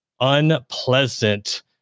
unpleasant